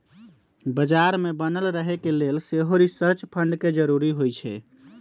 बजार में बनल रहे के लेल सेहो रिसर्च फंड के जरूरी होइ छै